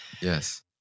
Yes